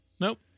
Nope